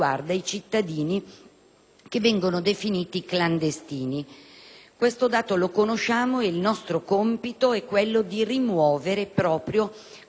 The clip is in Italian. che vengono definiti clandestini. Questo dato lo conosciamo ed è nostro compito rimuovere proprio le zone d'ombra,